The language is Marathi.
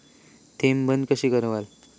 ठेव बंद कशी करतलव?